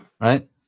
Right